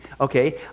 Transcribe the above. Okay